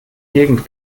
gegend